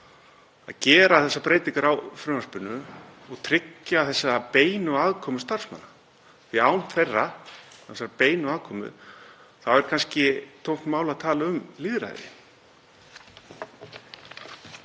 að gera þessar breytingar á frumvarpinu og tryggja þessa beinu aðkomu starfsmanna, því að án þeirra og þessarar beinu aðkomu er kannski tómt mál að tala um lýðræði.